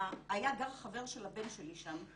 היה גר חבר של הבן שלי שם,